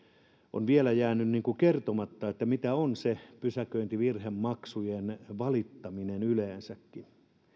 on vielä jäänyt kertomatta se mitä on se pysäköintivirhemaksuista valittaminen yleensäkin